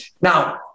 Now